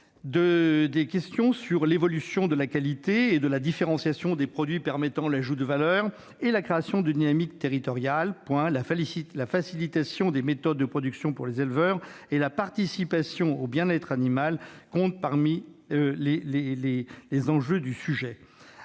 s'agisse de l'évolution de la qualité ou la différenciation des produits permettant l'ajout de valeur et la création de dynamiques territoriales. La facilitation des méthodes de production pour les éleveurs et la participation au bien-être animal sont autant d'enjeux de ce